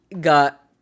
got